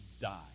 die